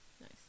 nice